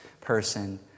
person